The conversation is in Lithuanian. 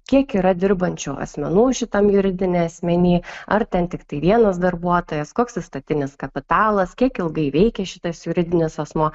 kiek yra dirbančių asmenų šitam juridiniam asmeny ar ten tiktai vienas darbuotojas koks įstatinis kapitalas kiek ilgai veikia šitas juridinis asmuo